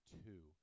two